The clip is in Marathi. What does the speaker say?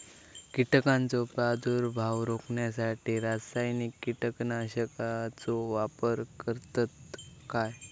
कीटकांचो प्रादुर्भाव रोखण्यासाठी रासायनिक कीटकनाशकाचो वापर करतत काय?